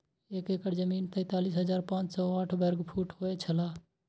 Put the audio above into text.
एक एकड़ जमीन तैंतालीस हजार पांच सौ साठ वर्ग फुट होय छला